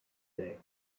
day